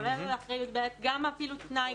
כולל אחרי י"ב גם פעילות הפנאי,